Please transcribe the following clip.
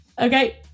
Okay